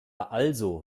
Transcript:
also